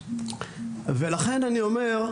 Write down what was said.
ולכן אני אומר,